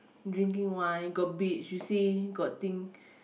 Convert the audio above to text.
drinking wine got beach you see got thing